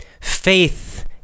faith